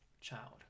child